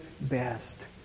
best